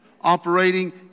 operating